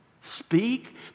speak